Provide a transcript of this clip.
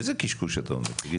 איזה קשקוש אתה אומר תגיד לי?